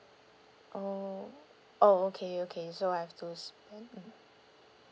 oh oh okay okay so I have to spend mm